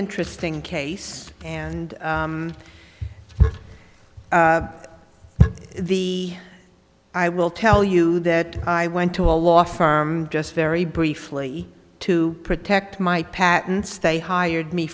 interesting case and the i will tell you that i went to a law firm just very briefly to protect my patents they hired me